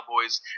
Cowboys